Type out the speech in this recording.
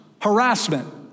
harassment